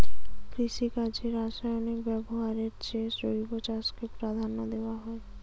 কৃষিকাজে রাসায়নিক ব্যবহারের চেয়ে জৈব চাষকে প্রাধান্য দেওয়া হয়